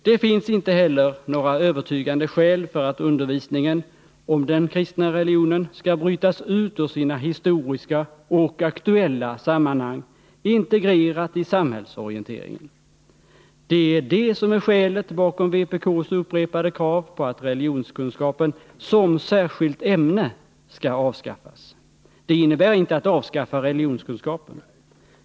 Det finns inte heller några övertygande skäl för att undervisningen om den kristna religionen skall brytas ut ur sina historiska och aktuella sammanhang, integrerat i samhällsorienteringen. Detta är skälet bakom vpk:s upprepade krav på att religionskunskapen som särskilt ämne skall avskaffas. Det innebär inte att avskaffa religionskunskapen.